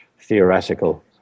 theoretical